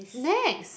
Nex